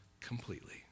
completely